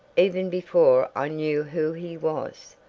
even before i knew who he was.